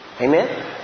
Amen